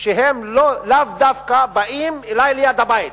שהם לאו דווקא באים אלי ליד הבית,